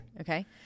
Okay